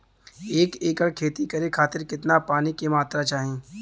एक एकड़ खेती करे खातिर कितना पानी के मात्रा चाही?